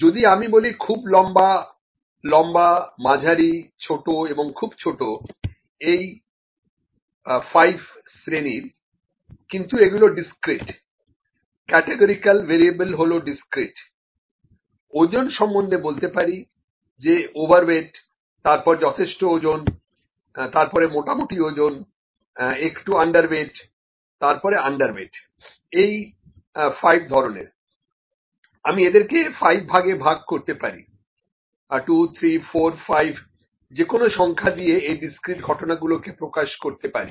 যদি আমি বলি খুব লম্বা লম্বা মাঝারি ছোট এবং খুব ছোট এই ৫ শ্রেণীর কিন্তু এগুলি ডিসক্রিট ক্যাটেগরিকাল ভ্যারিয়েবল হলো ডিসক্রিট ওজন সম্বন্ধে বলতে পারি যে ওভার ওয়েট তারপর যথেষ্ট ওজন তারপর মোটামুটি ওজন একটু আন্ডার ওয়েট তারপরে আন্ডার ওয়েট এই ৫ ধরনের আমি এদেরকে ৫ ভাগে ভাগ করতে পারি 2345 যে কোনো সংখ্যা দিয়ে এই ডিসক্রিট ঘটনা গুলোকে প্রকাশ করতে পারি